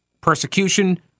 Persecution